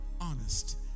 honest